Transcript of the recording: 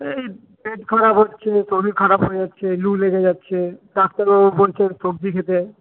এই পেট খারাপ হচ্ছে শরীর খারাপ হয়ে যাচ্ছে লু লেগে যাচ্ছে ডাক্তারবাবু বলছেন সবজি খেতে